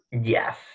Yes